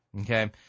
Okay